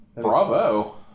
Bravo